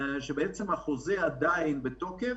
כך שבעצם החוזה עדיין בתוקף,